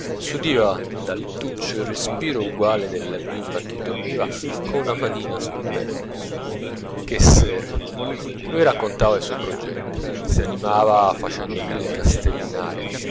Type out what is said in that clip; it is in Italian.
s'udiva dal lettuccio il respiro uguale della bimba che dormiva con una manina sul petto che sere lui raccontava i suoi progetti si animava facendo mille castelli in aria